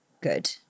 good